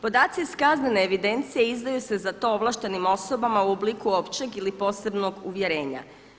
Podaci iz kaznene evidencije izdaju se za to ovlaštenim osobama u obliku općeg ili posebnog uvjerenja.